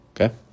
okay